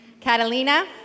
Catalina